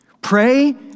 Pray